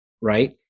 right